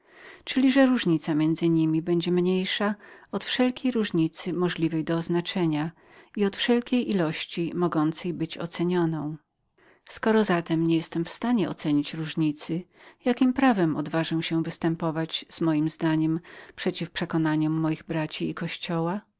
czyli że ich różnica będzie mniejszą od wszelkiej różnicy podobnej do oznaczenia i od wszelkiej ilości mogącej być ocenioną skoro zatem nie jestem w stanie ocenienia różnicy jakiem prawem odważę się występować z mojem zdaniem przeciw przekonaniom moich braci i kościoła